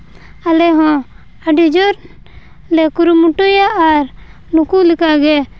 ᱟᱞᱮ ᱦᱚᱸ ᱟᱹᱰᱤ ᱡᱳᱨ ᱞᱮ ᱠᱩᱨᱩᱢᱩᱴᱩᱭᱟ ᱟᱨ ᱱᱩᱠᱩ ᱞᱮᱠᱟᱜᱮ